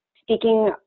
Speaking